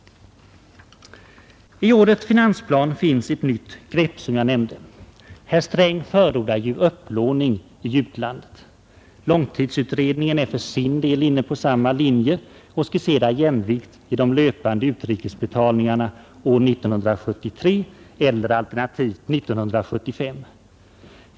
I årets finansplan finns som jag nämnde ett nytt grepp. Herr Sträng förordar upplåning i utlandet. Långtidsutredningen är för sin del inne på samma linje och skisserar jämvikt i de löpande utrikesbetalningarna år 1973 eller alternativt 1975.